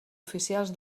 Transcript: oficials